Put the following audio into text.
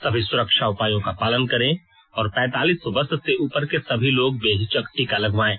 सभी सुरक्षा उपायों का पालन करें और पैंतालीस वर्ष से उपर के सभी लोग बेहिचक टीका लगवायें